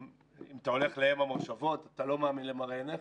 אם אתה הולך לאם המושבות אתה לא מאמין למראה עיניך.